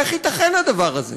איך ייתכן הדבר הזה?